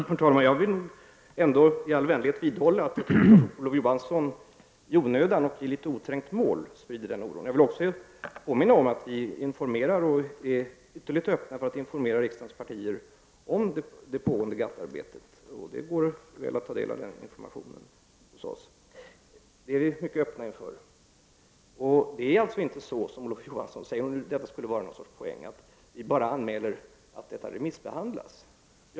Herr talman! Jag vill ändå i all välmening vidhålla att Olof Johansson i onödan och i litet oträngt mål sprider denna oro. Jag vill också påminna om att vi informerar, och vi är ytterligt öppna för att informera, riksdagens partier om det pågående GATT-arbetet. Det går bra att ta del av den informationen. Vi är mycket öppna för detta. Det är alltså inte så som Olof Johansson säger — om nu detta skulle vara en poäng — att vi bara anmäler att detta remissbehandlas.